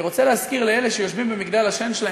את צריכה להתבייש שאת מוזילה בדברים האלה.